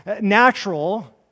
natural